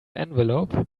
envelope